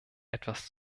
etwas